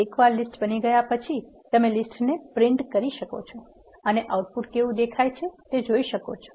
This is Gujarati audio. એકવાર લીસ્ટ બની ગયા પછી તમે લીસ્ટને છાપી શકો છો અને આઉટપુટ કેવું દેખાય છે તે જોઈ શકો છો